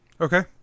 okay